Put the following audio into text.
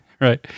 right